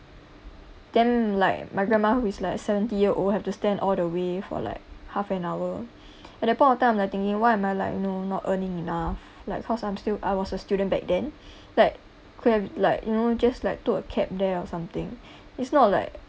then like my grandma who is like seventy year old have to stand all the way for like half an hour at that point of time I'm like thinking why am I like you know not earning enough like because I'm still I was a student back then like could have like you know just like took a cab there or something it's not like